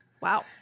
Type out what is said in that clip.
Wow